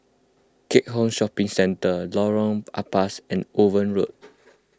Keat Hong Shopping Centre Lorong Ampas and Owen Road